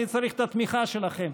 אני צריך את התמיכה שלכם.